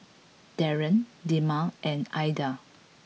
Darien Dema and Aidan